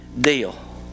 deal